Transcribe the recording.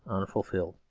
unfulfilled.